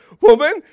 Woman